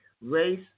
race